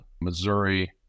Missouri